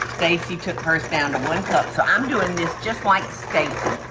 stacy took hers down to one cup. so i'm doing this just like stacy.